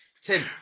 Tim